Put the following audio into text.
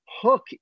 hook